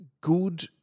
good